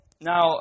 Now